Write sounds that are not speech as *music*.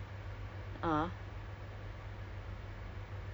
and err *laughs* ya cause I